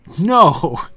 No